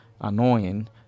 annoying